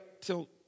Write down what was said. till